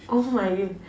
oh my